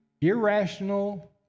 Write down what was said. irrational